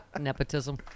nepotism